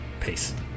Peace